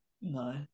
No